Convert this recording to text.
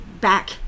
back